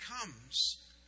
comes